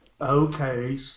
Okay